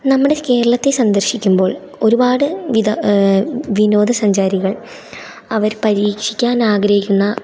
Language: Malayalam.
നമ്മുടെ കേരളത്തെ സന്ദർശിക്കുമ്പോൾ ഒരുപാട് വിധ വിനോദസഞ്ചാരികൾ അവർ പരീക്ഷിക്കാൻ ആഗ്രഹിക്കുന്ന